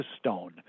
stone